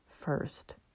first